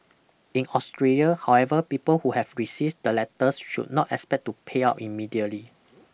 in Australia however people who have received the letters should not expect to pay up immediately